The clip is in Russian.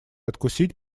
откусить